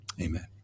amen